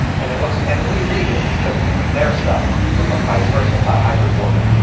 and it looks and and we read it because we read their stuff. and but vice versa about hybrid warfare.